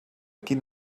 quin